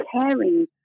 caring